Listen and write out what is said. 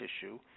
tissue